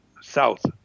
south